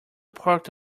parked